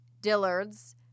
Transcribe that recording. Dillard's